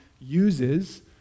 uses